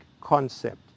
concept